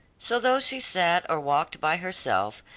so though she sat or walked by herself,